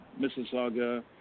Mississauga